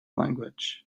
language